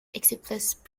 eclipse